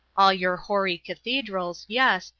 all your hoary cathedrals, yes,